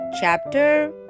Chapter